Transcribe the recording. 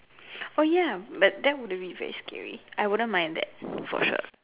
oh ya but that would have been very scary I wouldn't mind that for sure